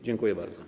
Dziękuję bardzo.